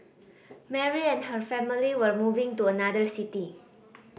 Mary and her family were moving to another city